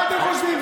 מה אתם חושבים?